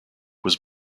was